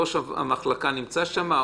ראש המחלקה נמצא שם?